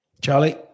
Charlie